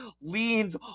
leans